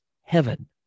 heaven